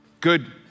Good